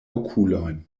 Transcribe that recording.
okuloj